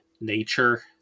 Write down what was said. nature